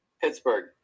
Pittsburgh